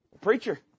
Preacher